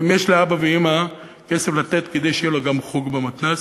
ואם יש לאבא ואימא כסף לתת כדי שיהיה לו גם חוג במתנ"ס,